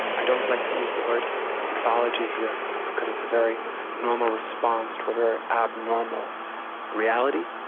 i don't like to use the word pathology here because it's a very normal response to a very abnormal reality,